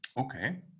Okay